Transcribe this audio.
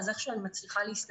אז איך שהוא אני מצליחה להסתדר.